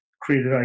created